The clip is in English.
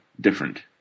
different